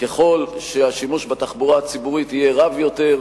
ככל שהשימוש בתחבורה הציבורית יהיה רב יותר,